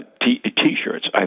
T-shirts